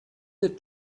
the